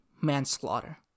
manslaughter